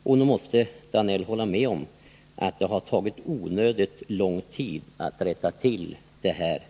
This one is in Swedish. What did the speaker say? Nog måste Georg Danell hålla med om att det har tagit onödigt lång tid att rätta till detta problem.